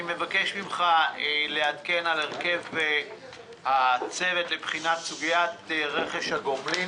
אני מבקש ממך לעדכן על הרכב הצוות לבחינת סוגית רכש הגומלין,